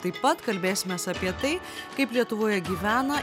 taip pat kalbėsimės apie tai kaip lietuvoje gyvena